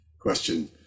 question